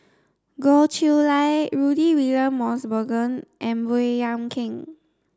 Goh Chiew Lye Rudy William Mosbergen and Baey Yam Keng